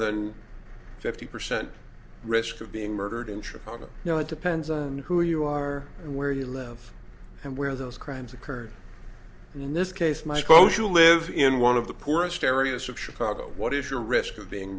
than fifty percent risk of being murdered in chicago you know it depends on who you are and where you live and where those crimes occurred in this case my coach who lives in one of the poorest areas of chicago what is your risk of being